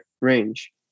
range